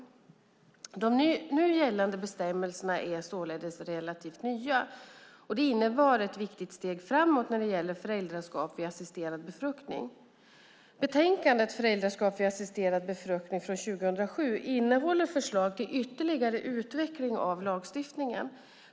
De nu gällande bestämmelserna är således relativt nya. De innebar ett viktigt steg framåt när det gäller föräldraskap vid assisterad befruktning. Betänkandet Föräldraskap vid assisterad befruktning innehåller förslag till ytterligare utveckling av lagstiftningen.